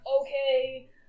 okay